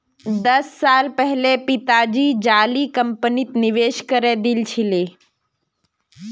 दस साल पहले पिताजी जाली कंपनीत निवेश करे दिल छिले